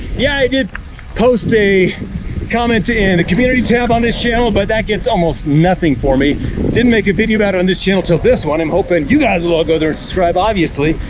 yeah, i did post a comment in the community tab on this channel, but that gets almost nothing for me. i didn't make a video about it on this channel till this one. i'm hoping you guys will ah go there subscribe obviously,